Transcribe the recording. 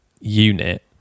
unit